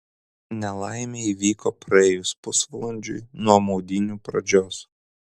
nelaimė įvyko praėjus pusvalandžiui nuo maudynių pradžios